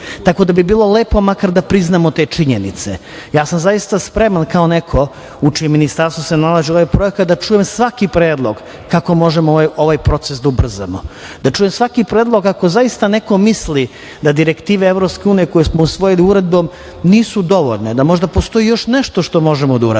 tako da bi bilo lepo makar da priznamo te činjenice. Ja sam zaista spreman kao neko u čijem ministarstvu se nalazi ovaj projekat, da čujem svaki predlog kako možemo ovaj proces da ubrzamo, da čujem svaki predlog ako zaista neko misli da direktive EU, kojom smo usvojili uredbom, nisu dovoljne, da možda postoji još nešto što možemo da uradimo